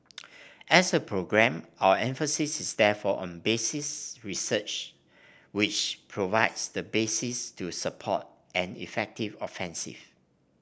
as a programme our emphasis is therefore on basic research which provides the basis to support an effective offensive